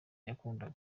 yakundaga